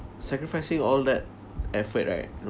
sacrificing all that effort right